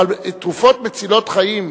אבל תרופות מצילות חיים,